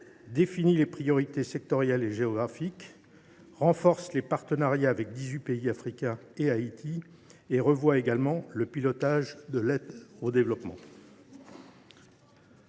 définissait les priorités sectorielles et géographiques, renforçait les partenariats avec dix huit pays africains et Haïti et révisait le pilotage de l’aide au développement.